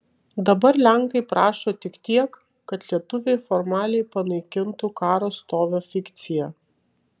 dabar lenkai prašo tik tiek kad lietuviai formaliai panaikintų karo stovio fikciją